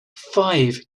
five